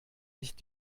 nicht